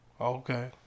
Okay